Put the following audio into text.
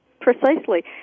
Precisely